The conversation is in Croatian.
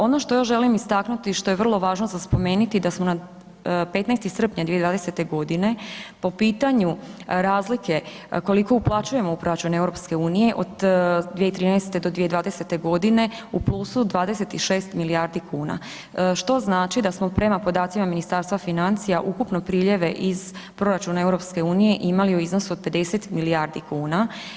Ono što još želim istaknuti, što je vrlo važno za spomeniti, da smo na 15. srpnja 2020.g. po pitanju razlike koliko uplaćujemo u proračun EU, od 2013. do 2020.g. u plusu 26 milijardi kuna, što znači da smo prema podacima Ministarstva financija ukupno priljeve iz proračuna EU imali u iznosu od 50 milijardi kuna.